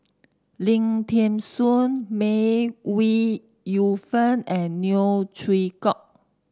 Lim Thean Soo May Ooi Yu Fen and Neo Chwee Kok